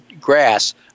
Grass